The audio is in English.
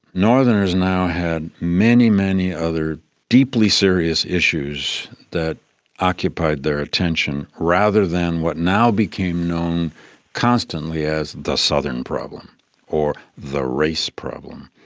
northerners now had many, many other deeply serious issues that occupied their attention rather than what now became known constantly as the southern problem or the race problem.